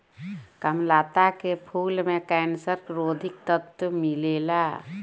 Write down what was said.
कामलता के फूल में कैंसर रोधी तत्व मिलेला